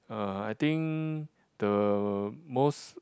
uh I think the most